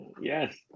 yes